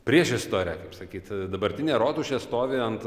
priešistorę kaip sakyt dabartinė rotušė stovi ant